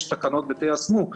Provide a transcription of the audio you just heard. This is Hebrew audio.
יש תקנות ותיישמו.